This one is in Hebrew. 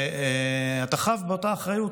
ואתה חב באותה אחריות,